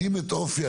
את האופי.